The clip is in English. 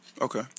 Okay